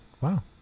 Wow